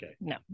no